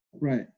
Right